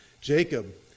Jacob